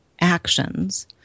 actions